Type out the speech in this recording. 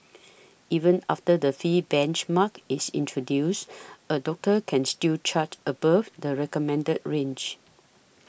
even after the fee benchmark is introduced a doctor can still charge above the recommended range